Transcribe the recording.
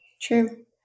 True